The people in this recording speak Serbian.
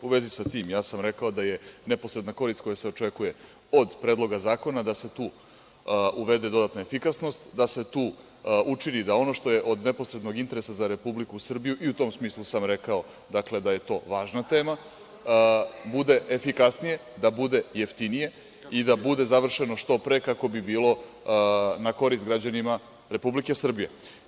U vezi sa tim, ja sam rekao da je neposredna korist koja se očekuje od Predloga zakona da se tu uvede dodatna efikasnost, da se tu učini da ono što je od neposrednog interesa za Republiku Srbiju, i u tom smislu sam rekao da je to važna tema, bude efikasnije, da bude jeftinije i da bude završeno što pre, kako bi bilo na korist građanima Republike Srbije.